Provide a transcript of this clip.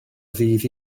ddydd